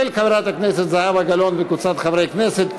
של חברת הכנסת זהבה גלאון וקבוצת חברי כנסת,